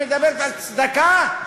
מדברת על צדקה?